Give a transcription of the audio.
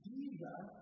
Jesus